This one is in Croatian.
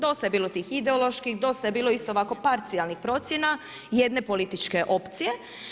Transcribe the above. Dosta je bilo tih ideoloških, dosta je bilo isto ovako parcijalnih procjena jedne političke opcije.